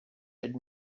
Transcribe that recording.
had